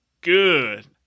good